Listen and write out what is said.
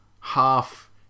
half